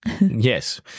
Yes